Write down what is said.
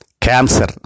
cancer